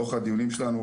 לאורך הדיונים שלנו,